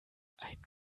ein